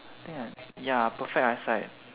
think I ya perfect eyesight